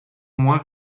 moins